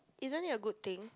isn't it a good thing